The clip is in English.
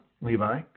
Levi